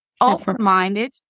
open-minded